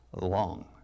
long